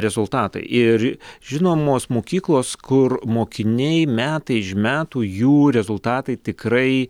rezultatai ir žinomos mokyklos kur mokiniai metai iš metų jų rezultatai tikrai